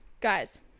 guys